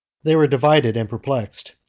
they were divided and perplexed.